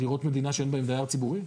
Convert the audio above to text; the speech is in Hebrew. דירות מדינה שאין בהן דייר ציבורי?